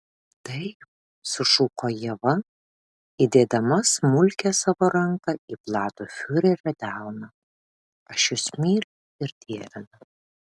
taip sušuko ieva įdėdama smulkią savo ranką į platų fiurerio delną aš jus myliu ir dievinu